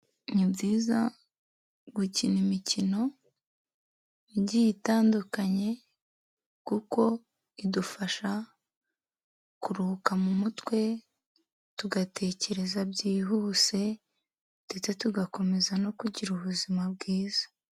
Ni byiza gukina imikino igiye itandukanye, kuko idufasha kuruhuka mu mutwe tugatekereza byihuse, ndetse tugakomeza no kugira ubuzima bwiza.